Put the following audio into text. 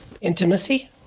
intimacy